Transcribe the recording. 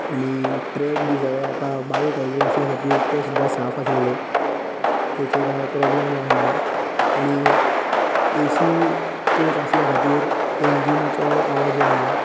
आनी ट्रॅक बी सगळें आतां बायो टॉयलेट आसल्या खातीर ते सुद्दां साफ आसलले ताचे कांय प्रॉबलम जावंक ना आनी एसी कोच आसल्या खातीर इंजिनाचो आवाज येवंक ना